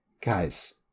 guys